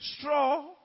straw